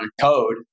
code